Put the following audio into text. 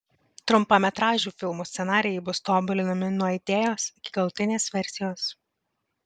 trumpametražių filmų scenarijai bus tobulinami nuo idėjos iki galutinės versijos